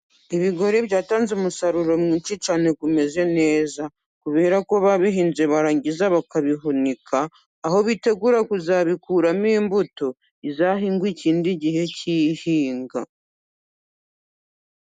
Ibigori byatanze umusaruro mwinshi cyane umeze neza, kuberako babihinze barangiza bakabihunika, aho bitegura kuzabikuramo imbuto izahingwa ikindi gihe cy'ihinga.